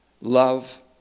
love